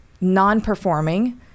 non-performing